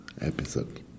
episode